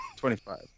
25